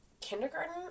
kindergarten